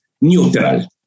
neutral